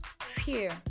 fear